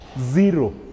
zero